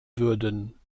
würden